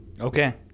Okay